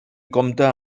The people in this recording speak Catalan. compta